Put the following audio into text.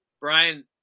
Brian